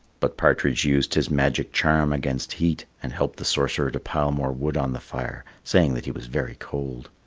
but partridge used his magic charm against heat and helped the sorcerer to pile more wood on the fire, saying that he was very cold.